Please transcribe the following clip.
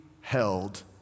held